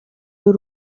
y’u